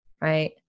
right